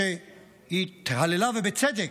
כשהיא התהללה, ובצדק,